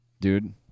Dude